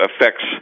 affects